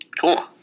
Cool